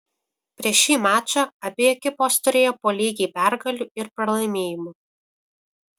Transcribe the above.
prieš šį mačą abi ekipos turėjo po lygiai pergalių ir pralaimėjimų